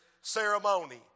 ceremony